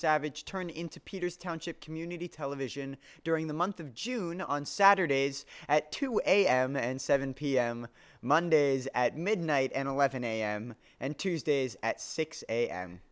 savage turn into peter's township community television during the month of june on saturdays at two am and seven p m mondays at midnight and eleven a m and tuesdays at six a